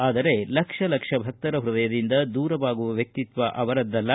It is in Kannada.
ಆದರೆ ಲಕ್ಷ ಲಕ್ಷ ಭಕ್ತರ ಪೃದಯದಿಂದ ದೂರ ಆಗುವ ವ್ಯಕ್ತಿತ್ವ ಅವರದ್ದಲ್ಲ